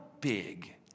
big